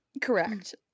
Correct